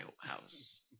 house